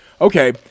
Okay